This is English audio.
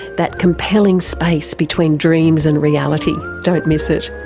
that compelling space between dreams and reality. don't miss it.